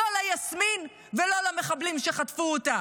לא ליסמין ולא למחבלים שחטפו אותה